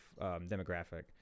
demographic